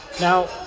Now